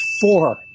Four